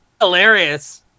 Hilarious